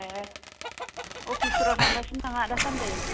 ए अफिसफोराव थांगासिनो नामा दासान्दि